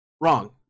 Wrong